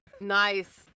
nice